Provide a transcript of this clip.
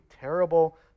terrible